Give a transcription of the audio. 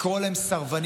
לקרוא להם סרבנים,